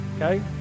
okay